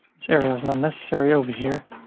this area is not necessary over here.